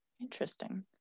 Interesting